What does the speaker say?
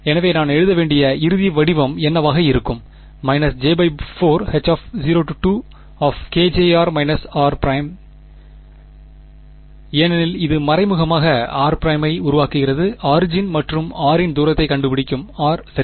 எனவே நான் எழுத வேண்டிய இறுதி வடிவம் என்னவாக இருக்கும் −j4H0k|r−r′| ஏனெனில் இது மறைமுகமாக r ′ ஐ உருவாக்குகிறது ஆரிஜின் மற்றும் r இன் தூரத்தைக் கண்டுபிடிக்கும் r சரி